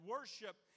Worship